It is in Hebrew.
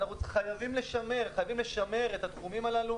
אנחנו חייבים לשמר את התחומים האלה,